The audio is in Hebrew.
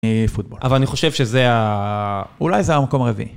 פוטבול. אבל אני חושב שזה, אולי זה המקום הרביעי.